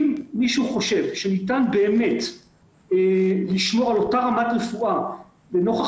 אם מישהו חושב שניתן באמת לשמור על אותה רמת רפואה לנוכח